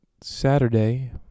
saturday